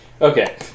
okay